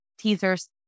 teasers